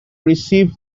receive